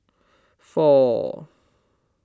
four